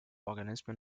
organismen